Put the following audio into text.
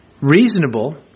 reasonable